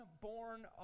born